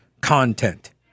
content